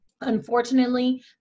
Unfortunately